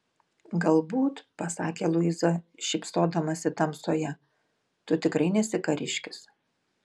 galbūt pasakė luiza šypsodamasi tamsoje tu tikrai nesi kariškis